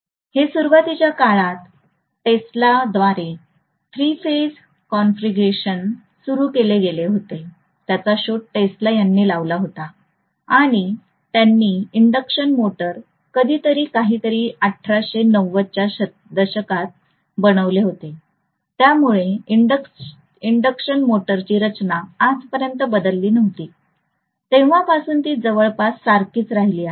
हे सुरुवातीच्या काळात टेस्लाद्वारे थ्री फेज कॉन्फिगरेशन सुरू केले गेले होते त्याचा शोध टेस्ला यांनी लावला होता आणि त्यांनी इंडक्शन मोटर कधीतरी काहीतरी 1890 च्या दशकात बनवले होते त्यामुळे इंडक्शन मोटरची रचना आजपर्यत बदलली नव्हती तेव्हापासून ती जवळपास सारखीच राहिली आहे